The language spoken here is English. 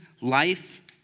life